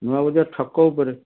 ନୂଆ ବଜାର ଛକ ଉପରେ